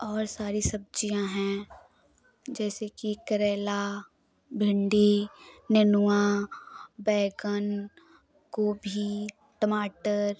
और सारी सब्ज़ियाँ है जैसे कि करेला भिंडी नेनुआ बैंगन गोभी टमाटर